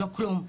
לא כלום.